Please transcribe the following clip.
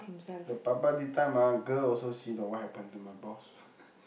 the girl also see the what happen to my boss